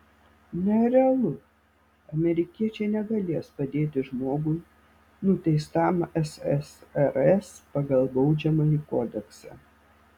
nerealu amerikiečiai negalės padėti žmogui nuteistam ssrs pagal baudžiamąjį kodeksą